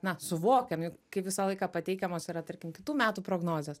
na suvokiam juk kaip visą laiką pateikiamos yra tarkim kitų metų prognozės